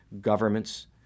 governments